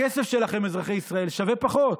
הכסף שלכם, אזרחי ישראל, שווה פחות.